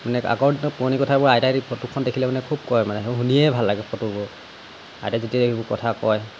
মানে আগৰ দিনৰ পুৰণি কথাবোৰ আইতাহঁতে ফটোখন দেখিলে মানে খুব কয় মানে শুনিয়ে ভাল লাগে ফটোবোৰ আইতাই যেতিয়া এইবোৰ কথা কয়